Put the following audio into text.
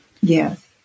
Yes